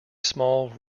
small